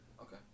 Okay